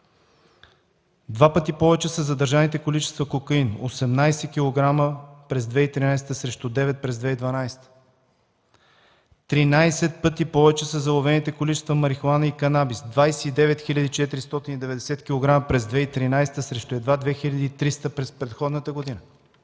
Два пъти повече са задържаните количества кокаин – 18 кг през 2013 г. срещу 9 кг през 2012; 13 пъти повече са заловените количества марихуана и канабис – 29 хил. 490 кг през 2013 г. срещу едва 2300 през предходната година;